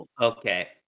Okay